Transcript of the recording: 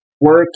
work